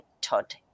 Todd